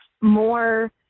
more